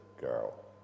girl